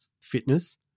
fitness